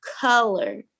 color